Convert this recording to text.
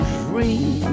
dream